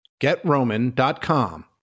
GetRoman.com